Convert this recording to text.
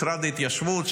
משרד ההתיישבות,